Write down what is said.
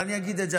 אני אגיד את זה,